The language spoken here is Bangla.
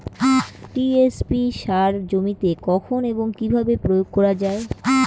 টি.এস.পি সার জমিতে কখন এবং কিভাবে প্রয়োগ করা য়ায়?